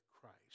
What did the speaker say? Christ